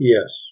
Yes